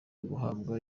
guhabwa